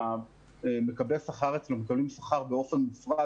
עדיין מקבלי השכר אצלו מקבלים שכר באופן מופרז,